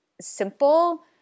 simple